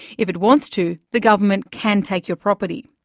if it wants to, the government can take your property.